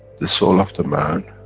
the soul of the man,